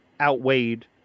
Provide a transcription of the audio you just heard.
outweighed